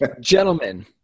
gentlemen